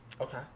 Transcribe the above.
Okay